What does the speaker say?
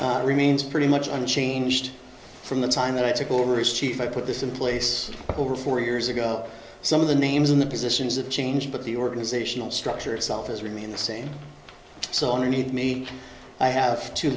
remains pretty much unchanged from the time that i took over as chief i put this in place over four years ago some of the names in the positions have changed but the organizational structure itself has remained the same so underneath me i have two